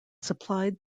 supplied